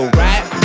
right